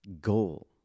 goal